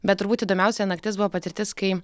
bet turbūt įdomiausia naktis buvo patirtis kai